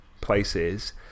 places